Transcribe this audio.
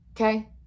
Okay